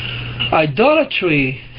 idolatry